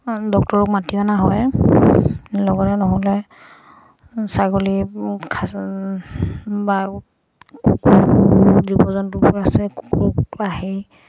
ডক্টৰক মাতি অনা হয় লগতে নহ'লে ছাগলী বা জীৱ জন্তুবোৰ আছে আহি